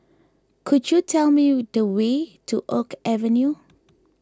could you tell me the way to Oak Avenue